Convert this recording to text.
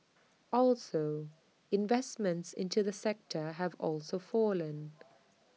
also investments into the sector have also fallen